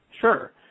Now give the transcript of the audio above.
Sure